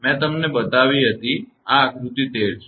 મેં તમને બતાવી હતી આ આકૃતિ 13 છે